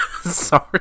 Sorry